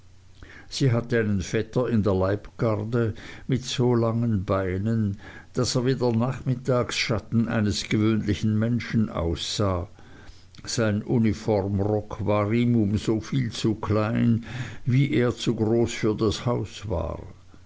sie hatte einen vetter in der leibgarde mit so langen beinen daß er wie der nachmittagschatten eines gewöhnlichen menschen aussah sein uniformrock war ihm um so viel zu klein wie er zu groß für das haus war